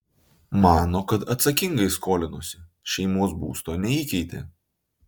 mano kad atsakingai skolinosi šeimos būsto neįkeitė